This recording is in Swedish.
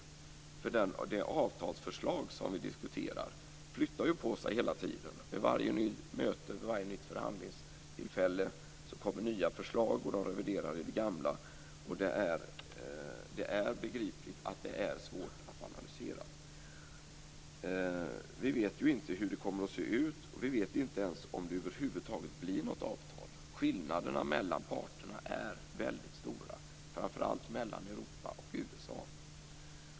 Det avtalsförslag som vi diskuterar förändras hela tiden. Vid varje nytt förhandlingstillfälle kommer nya förslag och det gamla revideras. Det är svårt att analysera. Vi vet inte hur avtalet kommer att se ut, och vi vet inte ens om det över huvud taget kommer att bli något avtal. Skillnaderna mellan parterna är stora, framför allt mellan Europa och USA.